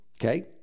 Okay